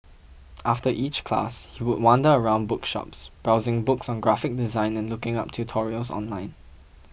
after each class he would wander around bookshops browsing books on graphic design and looking up tutorials online